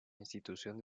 institución